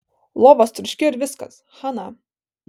lova sutraškėjo ir viskas chana